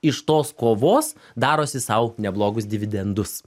iš tos kovos darosi sau neblogus dividendus